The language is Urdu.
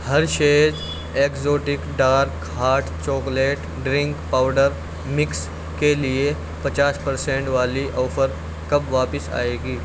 Hershey's exotic dark hot chocolate drink powder mix کے لیے پچاس پرسینٹ والی آفر کب واپس آئے گی